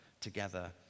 together